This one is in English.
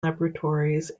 laboratories